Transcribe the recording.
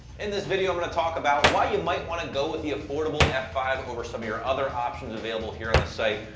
in this video, i'm going to talk about why you might want to go with the affordable f five over some of your other options available here on the site.